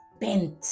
bent